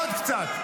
עוד קצת,